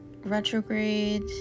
retrograde